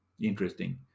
Interesting